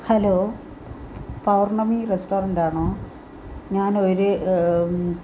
hello Pournami restaurant ആണോ ഞാൻ ഒരു